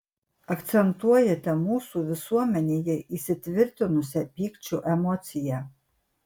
akcentuojate mūsų visuomenėje įsitvirtinusią pykčio emociją